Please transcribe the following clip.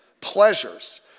Pleasures